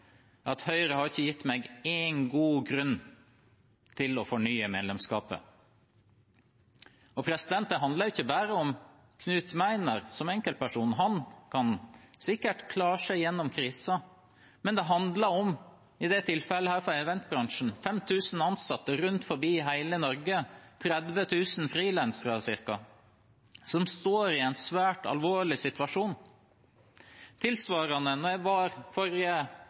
at Høyre ikke hadde gitt ham én god grunn til å fornye medlemskapet. Det handler ikke bare om Knut Meiner som enkeltperson. Han kan sikkert klare seg gjennom krisen. Det handler i dette tilfellet, for eventbransjen, om 5 000 ansatte rundt omkring i hele Norge og ca. 30 000 frilansere som står i en svært alvorlig situasjon. Tilsvarende, da jeg i forrige